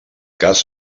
cas